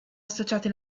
associati